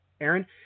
Aaron